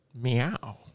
Meow